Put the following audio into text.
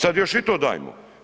Sad još i to dajemo.